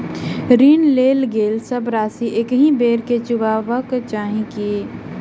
ऋण लेल गेल सब राशि एकहि बेर मे चुकाबऽ केँ छै की?